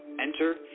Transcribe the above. enter